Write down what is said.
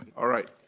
all right.